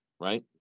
Right